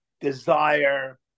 desire